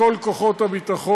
באותו זמן שהיא נמצאת במקלט.